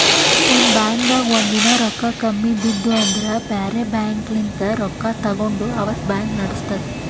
ಒಂದ್ ಬಾಂಕ್ದಾಗ್ ಒಂದಿನಾ ರೊಕ್ಕಾ ಕಮ್ಮಿ ಬಿದ್ದು ಅಂದ್ರ ಬ್ಯಾರೆ ಬ್ಯಾಂಕ್ಲಿನ್ತ್ ರೊಕ್ಕಾ ತಗೊಂಡ್ ಅವತ್ತ್ ಬ್ಯಾಂಕ್ ನಡಸ್ತದ್